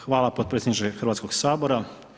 Hvala potpredsjedniče Hrvatskog sabora.